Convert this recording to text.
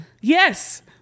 Yes